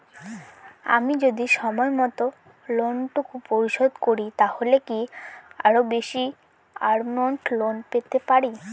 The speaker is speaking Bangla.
আমি যদি সময় মত লোন টুকু পরিশোধ করি তাহলে কি আরো বেশি আমৌন্ট লোন পেতে পাড়ি?